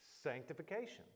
sanctification